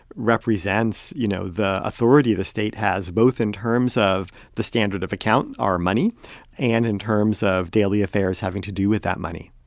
represents, you know, the authority the state has, both in terms of the standard of account our money and in terms of daily affairs having to do with that money